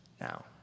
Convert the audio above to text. now